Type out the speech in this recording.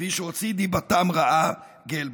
כפי שהוציא דיברתם רעה גלבלום.